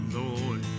lord